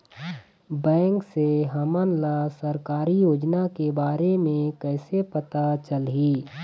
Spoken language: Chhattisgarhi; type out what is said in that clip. बैंक से हमन ला सरकारी योजना के बारे मे कैसे पता चलही?